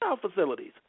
facilities